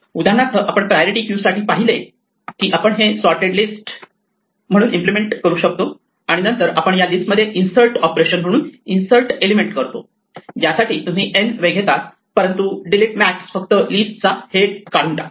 उदाहरणार्थ आपण priority queue साठी पाहिले की आपण हे सॉर्टेड लिस्ट म्हणून इम्प्लिमेंट करू शकतो आणि नंतर आपण या लिस्ट मध्ये इन्सर्ट ऑपरेशन म्हणून इन्सर्ट एलिमेंट करतो ज्यासाठी तुम्ही n वेळ घेतात परंतु डिलीट मॅक्स फक्त लिस्ट चा हेड काढून टाकते